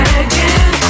again